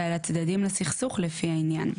ועל הצדדים לסכסוך, לפי העניין."